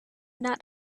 not